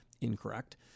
incorrect